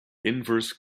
inverse